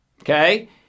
Okay